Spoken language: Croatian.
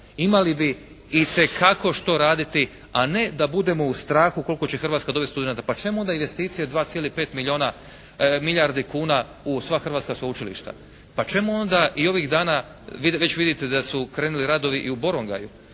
imali bi itekako što raditi, a ne da budemo u strahu koliko će Hrvatska dobiti studenata. Pa čemu onda investicija od 2,5 milijuna, milijardi kuna u sva hrvatska sveučilišta? Pa čemu onda i ovih dana, već vidite da su krenuli radovi i u Borongaju.